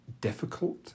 difficult